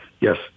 Yes